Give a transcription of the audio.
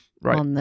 Right